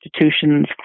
institutions